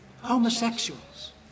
Homosexuals